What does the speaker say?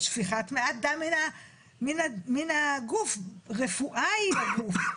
שפיכת מעט דם מן הגוף רפואה היא לגוף,